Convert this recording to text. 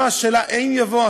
השאלה לא אם יבוא,